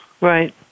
Right